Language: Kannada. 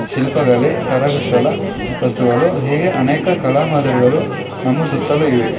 ಶಿಲ್ಪಕಲೆ ಕರಕುಶಲ ವಸ್ತುಗಳು ಹೀಗೆ ಅನೇಕ ಕಲಾಮಾದರಿಗಳು ನಮ್ಮ ಸುತ್ತಲೂ ಇವೆ